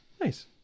Nice